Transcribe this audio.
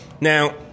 Now